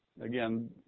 Again